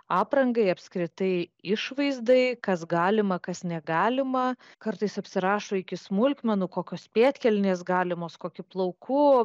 aprangai apskritai išvaizdai kas galima kas negalima kartais apsirašo iki smulkmenų kokios pėdkelnės galimos kokį plaukų